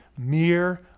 mere